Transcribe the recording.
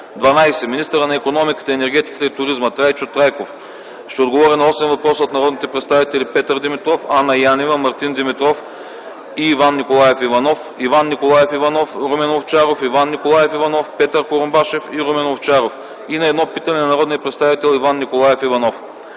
12. Министърът на икономиката, енергетиката и туризма Трайчо Трайков на осем въпроса от народните представители Петър Димитров; Анна Янева; Мартин Димитров и Иван Николаев Иванов; Иван Николаев Иванов; Румен Овчаров; Иван Николаев Иванов; Петър Курумбашев; Румен Овчаров и на едно питане от народния представител Иван Николаев Иванов.